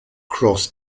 cross